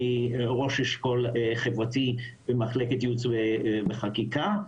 ראש אשכול חברתי במחלקת ייעוץ וחקיקה,